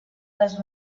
les